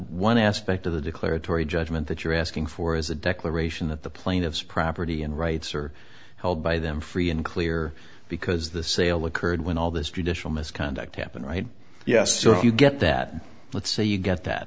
one aspect of the declaratory judgment that you're asking for is a declaration that the plaintiffs property and rights are held by them free and clear because the sale occurred when all this judicial misconduct happened right yes so if you get that let's say you get that